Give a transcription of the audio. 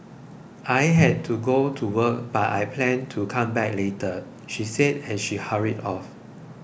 I have to go to work but I plan to come back later she said as she hurried off